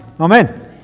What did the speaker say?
Amen